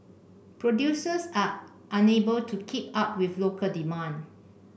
producers are unable to keep up with local demand